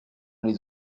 les